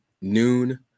noon